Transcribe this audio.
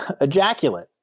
ejaculate